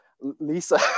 lisa